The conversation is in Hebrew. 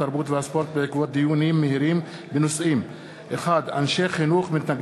התרבות והספורט בעקבות דיון בהצעה לסדר-היום של חבר הכנסת נסים זאב